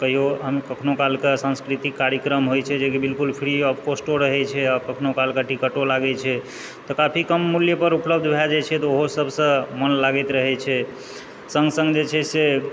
कहियो कखनो कालके सांस्कृतिक कार्यक्रम होइ छै जे कि बिलकुल फ्री ऑफ कॉस्टो रहै छै आओर कखनो कालके टिकटो लागै छै तऽ काफी कम मूल्यपर उपलब्ध भए जाइ छै तऽ ओहो सभसँ मोन लागैत रहै छै सङ्ग सङ्ग जे छै से